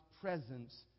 presence